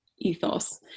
ethos